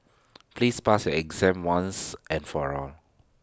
please pass exam once and for all